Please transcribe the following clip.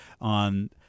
on